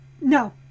No